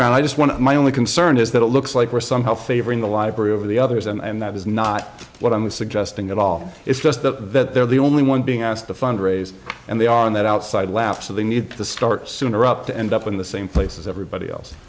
turnaround i just want to my only concern is that it looks like we're somehow favoring the library over the others and that is not what i was suggesting at all it's just that they're the only one being asked to fundraise and they are in that outside lap so they need to start sooner up to end up in the same place as everybody else